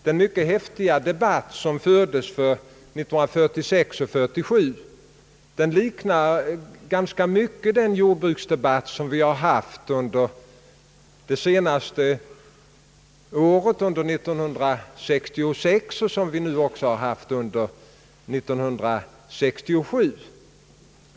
Den mycket häftiga debatt som fördes före 1946 liknar ganska mycket den jordbruksdebatt vi haft under 1966 och 1967.